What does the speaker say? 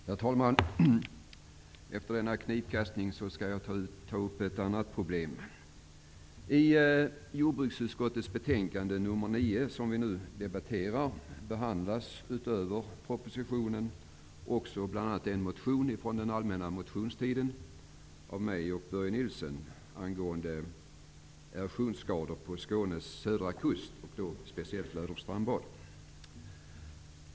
Herr talman! Efter denna knivkastning skall jag ta upp ett annat problem. I jordbruksutskottets betänkande nr 9, som vi nu debatterar, behandlas utöver propositionen bl.a. en motion av mig och Börje Nilsson från den allmänna motionstiden om erosionsskador på Skånes södra kust, speciellt Löderups strandbad.